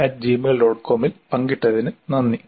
com ൽ പങ്കിട്ടതിന് നന്ദി